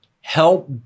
help